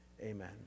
Amen